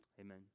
Amen